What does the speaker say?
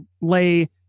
lay